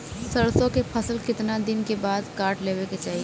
सरसो के फसल कितना दिन के बाद काट लेवे के चाही?